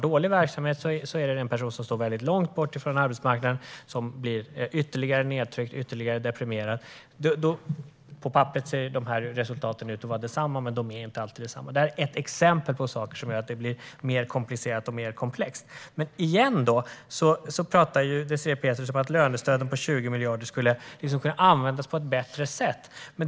Om verksamheten är dålig är det de personer som står längst bort från arbetsmarknaden som drabbas ytterligare och blir nedtryckta och deprimerade. På papperet kan resultaten ändå se ut att vara desamma, men det är de inte alltid. Detta är ett exempel på saker som gör det hela mer komplext. Désirée Pethrus talar om att lönestöden på 20 miljarder skulle kunna användas på ett bättre sätt.